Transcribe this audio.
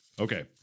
Okay